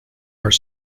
are